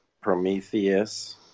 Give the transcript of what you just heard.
Prometheus